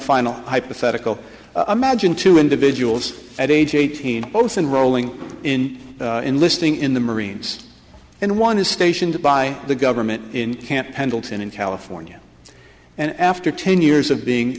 final hypothetical a magine two individuals at age eighteen both in rolling in enlisting in the marines and one is stationed by the government in camp pendleton in california and after ten years of being